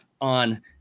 on